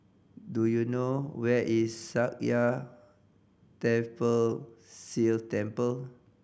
do you know where is Sakya Tenphel Sea You Temple